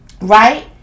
right